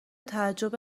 تعجب